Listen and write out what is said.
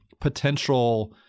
potential